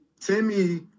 Timmy